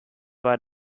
war